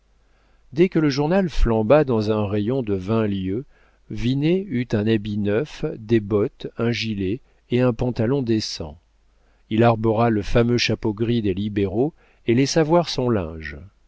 dès que le journal flamba dans un rayon de vingt lieues vinet eut un habit neuf des bottes un gilet et un pantalon décents il arbora le fameux chapeau gris des libéraux et laissa voir son linge